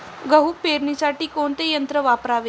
गहू पेरणीसाठी कोणते यंत्र वापरावे?